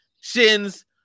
shins